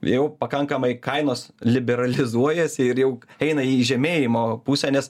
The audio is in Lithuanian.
jau pakankamai kainos liberalizuojasi ir jau eina į žemėjimo pusę nes